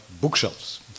bookshelves